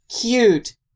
cute